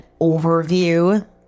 overview